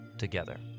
together